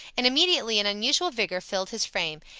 and immediately an unusual vigor filled his frame,